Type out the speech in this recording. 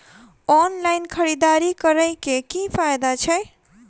Online खरीददारी करै केँ की फायदा छै?